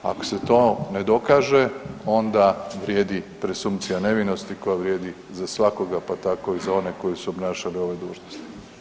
Ako se to ne dokaže, onda vrijedi presumcija nevinosti koja vrijedi za svakoga, pa tako i za one koji su obnašali ove dužnosti.